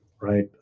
right